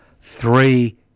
Three